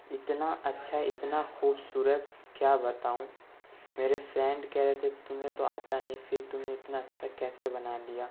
اتنا اچّھا اتنا خوبصورت کیا بتاؤں میرے فرینڈ کہہ رہے تھے تمہیں تو آتا نہیں پھر تم نے اتنا اچھا کیسے بنا لیا